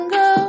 go